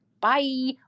Bye